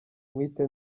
nkwite